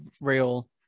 real